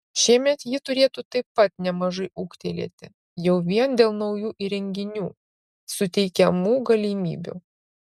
šiemet ji turėtų taip pat nemažai ūgtelėti jau vien dėl naujų įrenginių suteikiamų galimybių